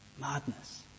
madness